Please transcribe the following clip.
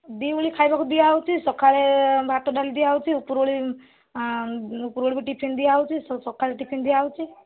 ଦିଓଳି ଖାଇବାକୁ ଦିଆହେଉଛି ସକାଳେ ଭାତ ଡାଲି ଦିଆହେଉଛି ଉପରଓଳି ଉପରଓଳିକୁ ଟିଫିନ୍ ଦିଆହେଉଛି ସକାଳେ ଟିଫିନ୍ ଦିଆହେଉଛି